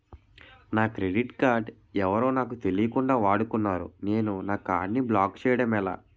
నా credit card ఎవరో నాకు తెలియకుండా వాడుకున్నారు నేను నా కార్డ్ ని బ్లాక్ చేయడం ఎలా?